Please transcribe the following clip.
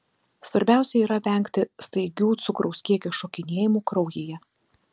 svarbiausia yra vengti staigių cukraus kiekio šokinėjimų kraujyje